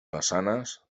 façanes